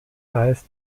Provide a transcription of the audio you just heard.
heißt